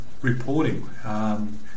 reporting